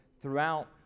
Throughout